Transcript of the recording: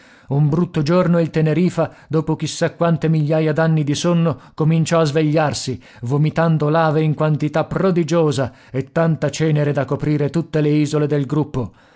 un brutto giorno il tenerifa dopo chi sa quante migliaia d'anni di sonno cominciò a svegliarsi vomitando lave in quantità prodigiosa e tanta cenere da coprire tutte le isole del gruppo